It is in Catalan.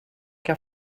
que